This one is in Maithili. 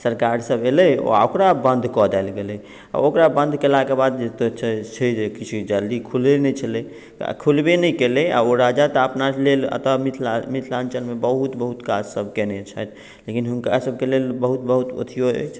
सरकार अयलै आ ओकरा बंद कऽ देल गेलै ओकरा बंद केला के बाद जे छै से किछु जल्दी खुलै नहि छलै खुलबे केलै आ ओ राजा तऽ अपना लेल एतए मिथलाञ्चल मे बहुत बहुत काज सब कयने छथि लेकिन हुनका सबके लेल बहुत बहुत अथियो अछि